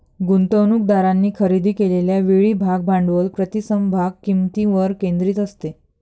गुंतवणूकदारांनी खरेदी केलेल्या वेळी भाग भांडवल प्रति समभाग किंमतीवर केंद्रित असते